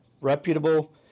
reputable